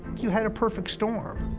you had a perfect storm.